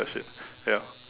that shit ya